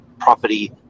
property